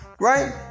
right